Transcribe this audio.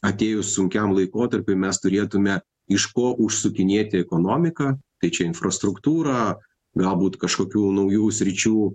atėjus sunkiam laikotarpiui mes turėtume iš ko užsukinėti ekonomiką tai čia infrastruktūrą galbūt kažkokių naujų sričių